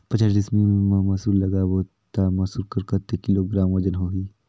पचास डिसमिल मा मसुर लगाबो ता मसुर कर कतेक किलोग्राम वजन होही?